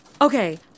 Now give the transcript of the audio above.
Okay